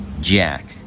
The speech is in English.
jack